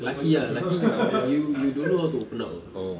laki ah laki you you don't know how to open up [pe]